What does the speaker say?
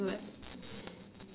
but